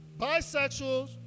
bisexuals